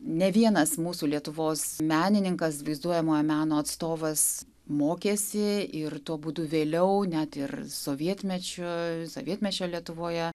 ne vienas mūsų lietuvos menininkas vaizduojamojo meno atstovas mokėsi ir tuo būdu vėliau net ir sovietmečiu sovietmečio lietuvoje